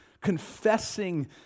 Confessing